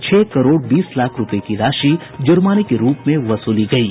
छह करोड़ बीस लाख रूपये की राशि जुर्माने के रूप में वसूली गयी